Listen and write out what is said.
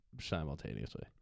Simultaneously